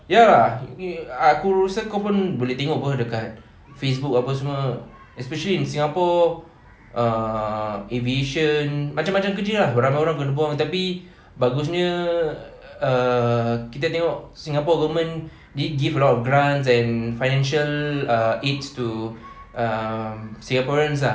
ya aku rasa kau pun boleh tengok apa dekat facebook apa semua especially in singapore err aviation macam-macam kerja ah ramai orang kena buang tapi bagusnya err kita tengok singapore government they give a lot of grants and financial ah aids to um singaporeans ah